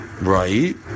Right